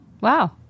Wow